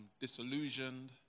disillusioned